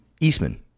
Eastman